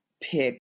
pick